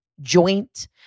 joint